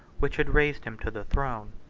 which had raised him to the throne.